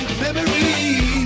memories